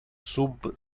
sub